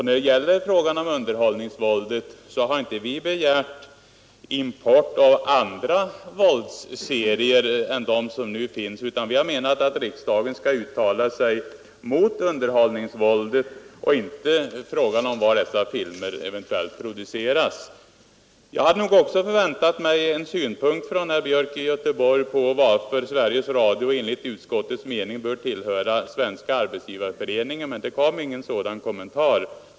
När det gäller frågan om underhållningsvåldet, så har inte vi begärt import av andra våldsserier än de som nu finns, utan vi har menat att riksdagen skall uttala sig mot underhållningsvåldet oberoende av var dessa filmer Jag hade nog också förväntat mig en synpunkt från herr Björk i Göteborg på varför Sveriges Radio enligt utskottets mening bör tillhöra Svenska arbetsgivareföreningen, men det kom ingen sådan kommentar.